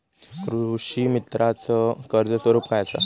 कृषीमित्राच कर्ज स्वरूप काय असा?